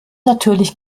natürlich